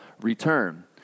return